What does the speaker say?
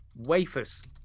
wafers